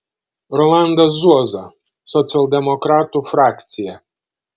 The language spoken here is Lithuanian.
rolandas zuoza socialdemokratų frakcija